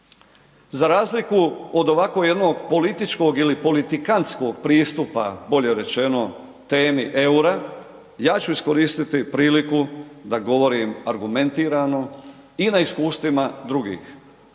Za razliku od ovako jednog političkog ili politikantskog pristupa bolje rečeno temi EUR-a, ja ću iskoristiti priliku da govorim argumentirano i na iskustvima drugih.